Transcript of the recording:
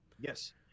Yes